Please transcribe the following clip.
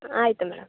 ಆಯಿತು ಮೇಡಮ್